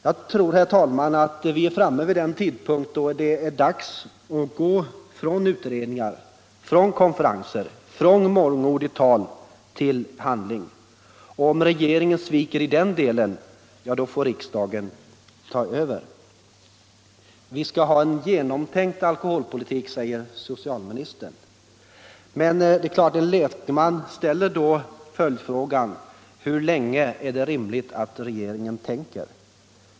Jag tror, herr talman, att vi är framme vid den tidpunkt då det är dags att gå från utredningar, konferenser och mångordigt tal till handling. Om regeringen sviker på den punkten får riksdagen ta över. Vi skall ha en genomtänkt alkoholpolitik, säger socialministern. En lekman ställer då givetvis följdfrågan: Hur länge är det rimligt att regeringen tänker?